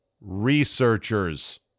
researchers